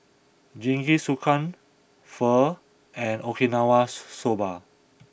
Jingisukan Pho and Okinawa Soba